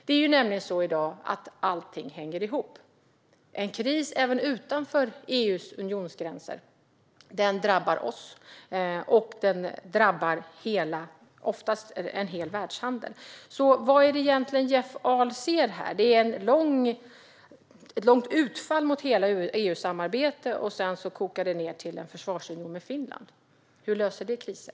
Det är nämligen så i dag att allting hänger ihop. En kris även utanför EU:s unionsgränser drabbar oss och oftast en hel världshandel. Vad är det egentligen Jeff Ahl ser här? Det är ett långt utfall mot hela EU-samarbetet, och sedan kokar det ned till en försvarsunion med Finland. Hur löser det kriser?